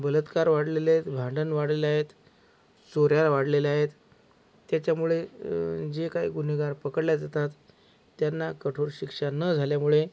बलात्कार वाढलेलं आहेत भांडण वाढलेलं आहेत चोऱ्या वाढलेल्या आहेत त्याच्यामुळे जे काही गुन्हेगार पकडल्या जातात त्यांना कठोर शिक्षा न झाल्यामुळे